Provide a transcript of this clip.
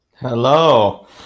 Hello